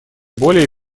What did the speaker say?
более